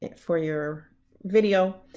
and for your video,